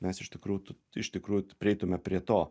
mes iš tikrųjų tu iš tikrųjų prieitume prie to